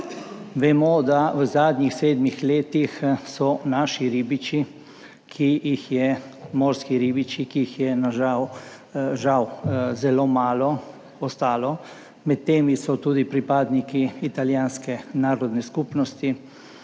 Vemo, da v zadnjih sedmih letih naši morski ribiči, ki jih je žal zelo malo ostalo, med njimi so tudi pripadniki italijanske narodne skupnosti,